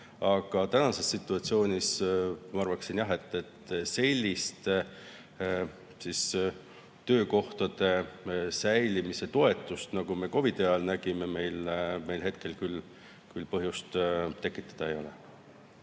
Aga tänases situatsioonis ma arvan jah, et sellist töökohtade säilimise toetust, nagu me COVID-i ajal nägime, meil hetkel küll põhjust tekitada ei ole.